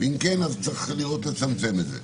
אם כן, אז צריך לראות, לצמצם את זה.